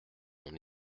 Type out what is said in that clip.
mon